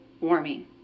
warming